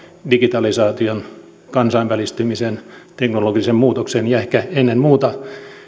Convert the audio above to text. digitalisaation kansainvälistymisen teknologisen muutoksen ja ehkä ennen muuta